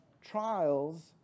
trials